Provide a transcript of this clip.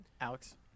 Alex